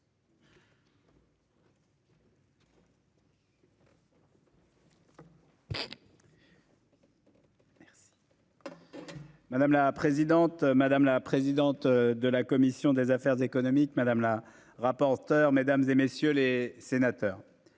Madame la présidente, madame la présidente de la commission des affaires économiques. Madame la rapporteur mesdames et messieurs les sénateurs.